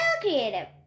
creative